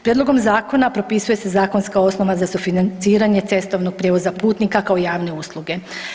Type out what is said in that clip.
Prijedlogom zakona propisuje se zakonska osnova za sufinanciranje cestovnog prijevoza putnika kao javne usluge.